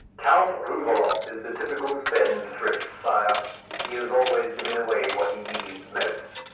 count rouvaloff is the typical spendthrift, sire he is always giving away what he needs most.